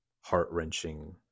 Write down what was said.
heart-wrenching